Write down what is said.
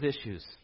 issues